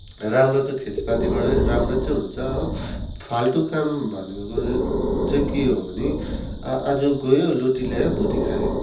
राम्रो त खेतीपातीबाट राम्रै चाहिँ हुन्छ हो फाल्टु काम भनेको चाहिँ के हो भने आज गयो लुटी त्यायो भुटी खायो